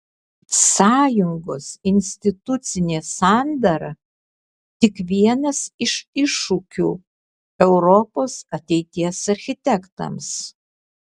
sąjungos institucinė sandara tik vienas iš iššūkių europos ateities architektams